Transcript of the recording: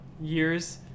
years